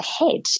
ahead